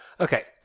Okay